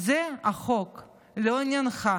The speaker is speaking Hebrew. "זה" החוק "לא עניינך.